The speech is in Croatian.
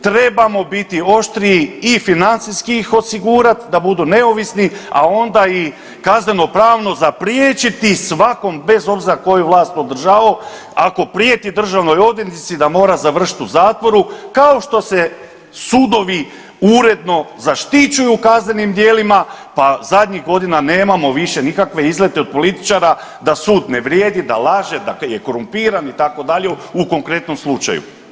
Trebamo biti oštriji i financijski ih osigurat da budu neovisni, a onda i kazneno pravno zapriječiti svakom bez obzira koju vlast održavao ako prijeti državnoj odvjetnici da mora završit u zatvoru, kao što se sudovi uredno zaštićuju u kaznenim djelima pa zadnjih godina nemamo više nikakve izlete od političara da sud ne vrijedi, da laže, da je korumpiran itd. u konkretnom slučaju.